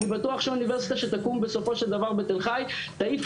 אני בטוח שאוניברסיטה שתקום בסופו של דבר בתל חי תעיף